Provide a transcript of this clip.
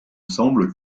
semble